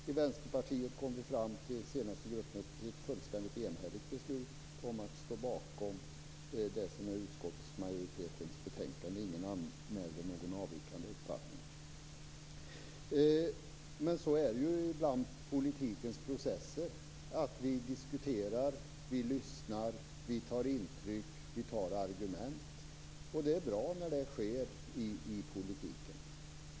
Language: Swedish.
Vid Vänsterpartiets senaste gruppmöte kom vi fram till ett fullständigt enhälligt beslut om att ställa oss bakom utskottsmajoritetens uppfattning. Ingen anmälde någon avvikande uppfattning. Men så är ju ibland politikens processer, att vi diskuterar, lyssnar, tar intryck och argument. Det är bra när detta sker i politiken.